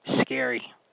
scary